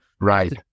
Right